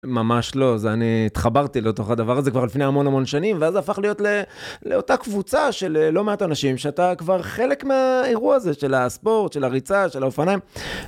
ממש לא, זה אני התחברתי לתוך הדבר הזה כבר לפני המון המון שנים, ואז זה הפך להיות לאותה קבוצה של לא מעט אנשים, שאתה כבר חלק מהאירוע הזה של הספורט, של הריצה, של האופניים.